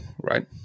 right